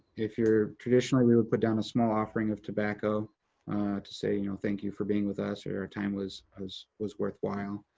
if you're, traditionally, we would put down a small offering of tobacco to say, you know, thank you for being with us. your your time with us was worthwhile.